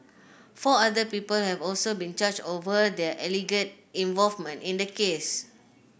four other people have also been charged over their alleged involvement in the case